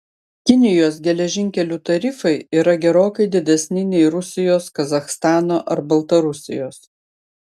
kinijos geležinkelių tarifai yra gerokai didesni nei rusijos kazachstano ar baltarusijos